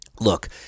Look